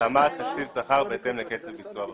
התאמת תשתית שכר בהתאם לקצב ביצוע בפועל.